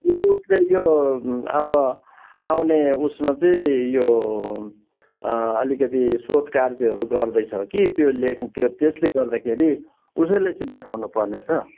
उसले यो अब आउने उसमा चाहिँ यो अलिकति सोध कार्यहरू गर्दैछ कि त्यो लेख त्यसले गर्दाखेरि उसैलाई चै देखाउनु पर्ने छ